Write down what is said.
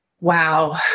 wow